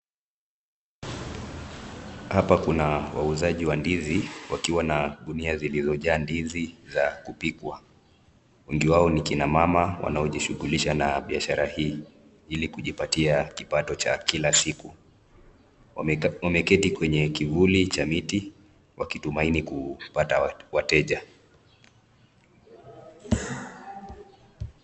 Hapa kuna wauzaji wa ndizi wakiwa na gunia zilizojaa ndizi za kupikwa. Wengi wao ni akina mama waliojishughulisha na biashara hii ili kujipatia kipato cha kila siku. Wameketi kwenye kivuli cha miti wakitumaini kupata wateja.